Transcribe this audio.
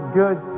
good